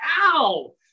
ow